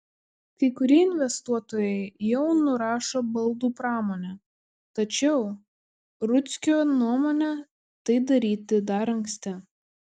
kai kurie investuotojai jau nurašo baldų pramonę tačiau rudzkio nuomone tai daryti dar anksti